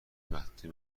محدوده